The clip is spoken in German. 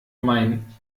mein